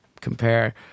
compare